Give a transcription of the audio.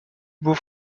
beau